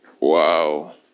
Wow